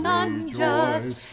unjust